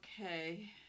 Okay